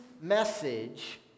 message